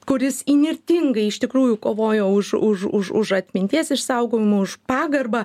kuris įnirtingai iš tikrųjų kovojo už už už už atminties išsaugojimo už pagarbą